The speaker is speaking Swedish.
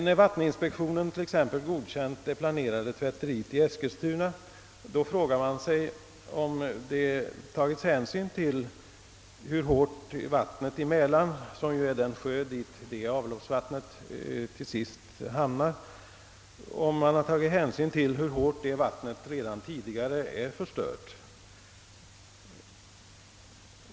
När vatteninspektionen t.ex. godkände det planerade tvätteriet i Eskilstuna frågade man sig om det tagits hänsyn till hur hårt vattnet i Mälaren, som är den sjö i vilken detta avloppsvatten till sist hamnar, redan tidigare är förstört.